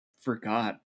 forgot